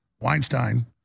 Weinstein